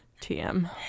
TM